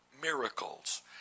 miracles